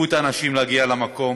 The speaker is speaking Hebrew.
וניווטו את האנשים להגיע למקום.